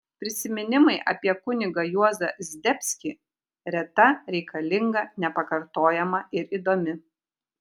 prisiminimai apie kunigą juozą zdebskį reta reikalinga nepakartojama ir įdomi